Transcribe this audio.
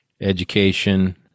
education